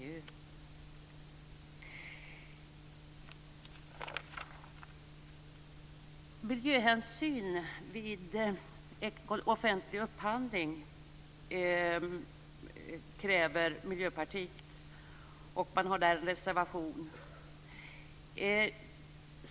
Miljöpartiet kräver att miljöhänsyn tas vid offentlig upphandling. Man har en reservation.